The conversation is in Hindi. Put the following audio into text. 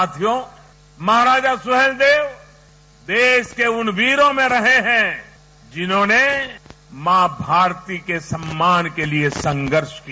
साथियों महाराजा सुहेलदेव देश के उन वीरों में रहे हैं जिन्होंने माँ भारती के सम्मान के लिये संघर्ष किया